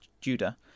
Judah